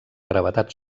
gravetat